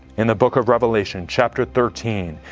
in the book of revelation, chapter thirteen,